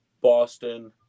Boston